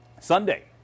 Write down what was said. Sunday